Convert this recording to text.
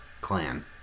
clan